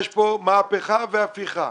יש פה מהפכה והפיכה.